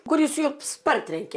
kuris jus partrenkė